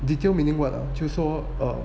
detail meaning what ah 就是说 err